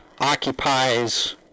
occupies